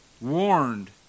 warned